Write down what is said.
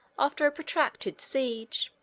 after a protracted siege.